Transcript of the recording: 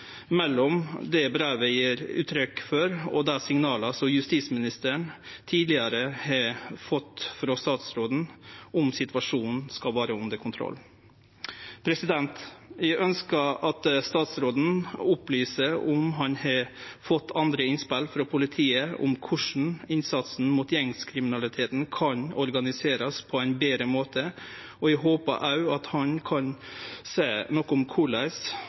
mellom det brevet gjev uttrykk for, og dei signala som vi tidlegare har fått frå statsråden om at situasjonen skal vere under kontroll. Eg ønskjer at statsråden opplyser om han har fått andre innspel frå politiet om korleis innsatsen mot gjengkriminaliteten kan organiserast på ein betre måte, og eg håpar òg at han kan seie noko om korleis